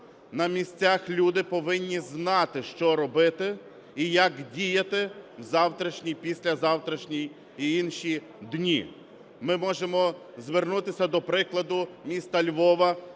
На місцях люди повинні знати, що робити і як діяти в завтрашній, в післязавтрашній і інші дні. Ми можемо звернутися до прикладу міста Львова,